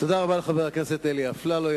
תודה רבה לחבר הכנסת אלי אפללו.